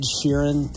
Sheeran